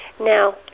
Now